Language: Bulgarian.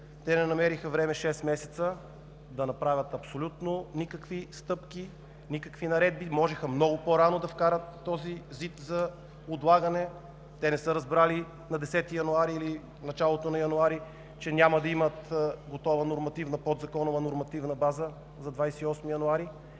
Те не намериха време шест месеца да направят абсолютно никакви стъпки, никакви наредби. Можеха много по-рано да вкарат този законопроект за изменение – за отлагане. Те не са разбрали на 10 януари или в началото на януари, че няма да имат готова подзаконова нормативна база за 28 януари.